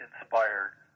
inspired